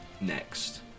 next